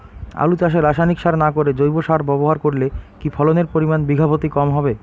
আলু চাষে রাসায়নিক সার না করে জৈব সার ব্যবহার করলে কি ফলনের পরিমান বিঘা প্রতি কম হবে?